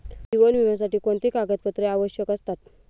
जीवन विम्यासाठी कोणती कागदपत्रे आवश्यक असतात?